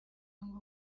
ngo